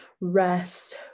rest